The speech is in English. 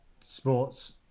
sports